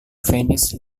venice